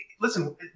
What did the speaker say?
listen